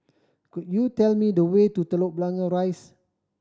could you tell me the way to Telok Blangah Rise